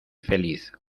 feliz